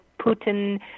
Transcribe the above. Putin